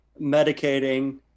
medicating